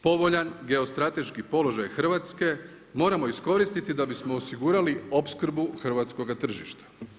Povoljan geostrateški položaj Hrvatske moramo iskoristiti da bismo osigurali opskrbu hrvatskoga tržišta.